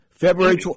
February